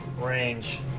range